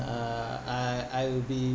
uh I I will be